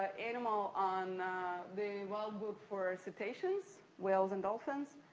ah animal on the wildbook for citations, whales and dolphins.